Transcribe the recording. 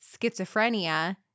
schizophrenia